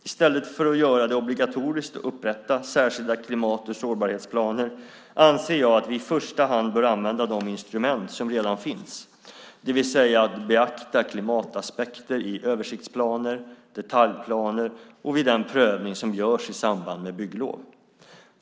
I stället för att göra det obligatoriskt att upprätta särskilda klimat och sårbarhetsplaner anser jag att vi i första hand bör använda de instrument som redan finns, det vill säga att beakta klimataspekter i översiktsplaner, detaljplaner och vid den prövning som görs i samband med bygglov.